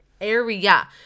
area